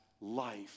life